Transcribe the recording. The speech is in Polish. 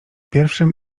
pierwszym